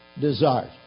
desires